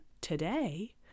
today